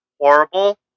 horrible